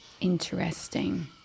Interesting